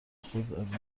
خود